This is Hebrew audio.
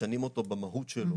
משנים אותו במהות שלו.